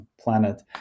planet